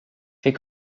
fais